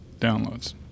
downloads